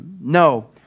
No